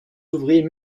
ouvriers